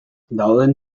dauden